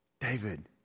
David